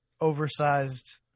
oversized